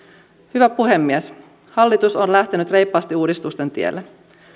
hyvä puhemies hallitus on lähtenyt reippaasti uudistusten tielle